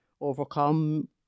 overcome